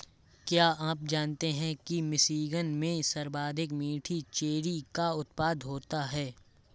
क्या आप जानते हैं कि मिशिगन में सर्वाधिक मीठी चेरी का उत्पादन होता है?